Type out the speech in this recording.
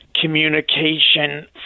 communication